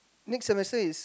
next semester is